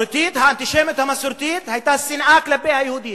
האנטישמיות המסורתית היתה שנאה כלפי היהודים,